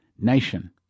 nation